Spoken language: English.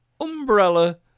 umbrella